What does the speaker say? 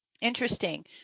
Interesting